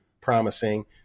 promising